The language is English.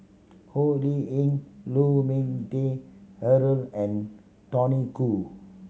Ho Lee Ying Lu Ming Teh Earl and Tony Khoo